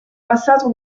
passato